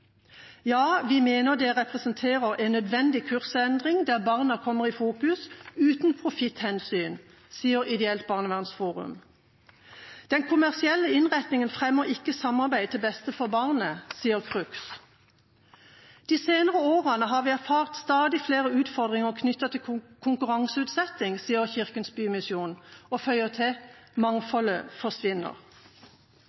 representerer en nødvendig kursendring der barna kommer i fokus uten profitthensyn, sier Ideelt Barnevernsforum. Den kommersielle innretningen fremmer ikke samarbeid til beste for barnet, sier CRUX. De senere årene har vi erfart stadig flere utfordringer knyttet til konkurranseutsetting, sier Kirkens Bymisjon, og føyer til: